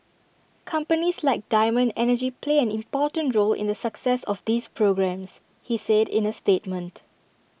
companies like diamond energy play an important role in the success of these programmes he said in A statement